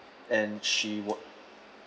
and she was